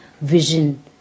vision